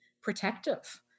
protective